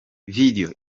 video